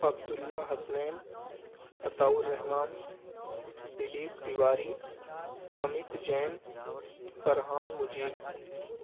Abdul Allah Hasnain Ata ur Rahman Dilip Tiwari Amit Jain Farhan Mujeeb